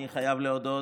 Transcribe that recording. אני חייב להודות,